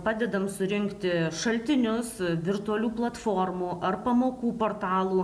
padedam surinkti šaltinius virtualių platformų ar pamokų portalų